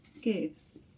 gives